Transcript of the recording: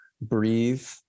breathe